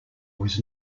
was